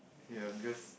ya because